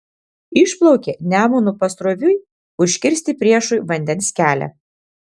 išplaukė nemunu pasroviui užkirsti priešui vandens kelią